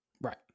Right